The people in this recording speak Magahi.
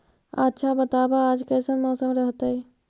आच्छा बताब आज कैसन मौसम रहतैय?